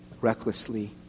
recklessly